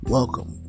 Welcome